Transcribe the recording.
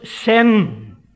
sin